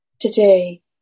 Today